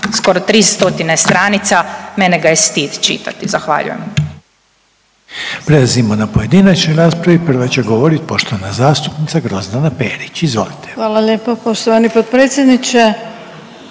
3 stotine stranica, mene ga je stid čitati. Zahvaljujem.